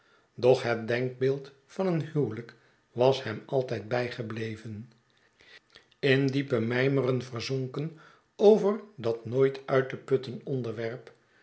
doch het denkbeeld van een huwelijk was hem altyd bygebleven in diepe mijmerijen verzonken over dat nooit uit te putten onderwerp